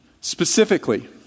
Specifically